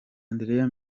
andrea